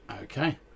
Okay